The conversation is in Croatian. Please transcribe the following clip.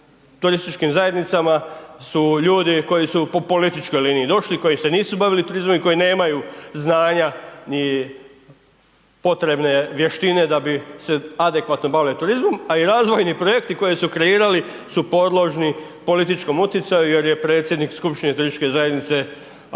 turističkim zajednicama su ljudi koji su po političkoj liniji došli, koji se nisu bavili turizmom i koji nemaju znanja ni potrebne vještine da bi se adekvatno bavili turizmom, a i razvojni projekti koje su kreirali su podložni političkom utjecaju jer je predsjednik skupštine turističke zajednice